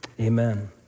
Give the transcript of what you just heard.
Amen